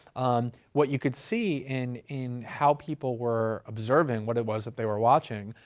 um what you could see in in how people were observing, what it was that they were watching,